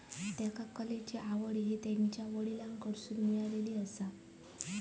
त्येका कलेची आवड हि त्यांच्या वडलांकडसून मिळाली आसा